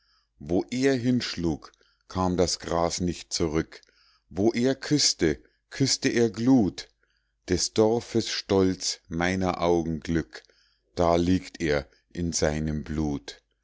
wo er hinschlug kam das gras nicht zurück wo er küßte küßte er glut des dorfes stolz meiner augen glück da liegt er in seinem blut